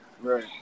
Right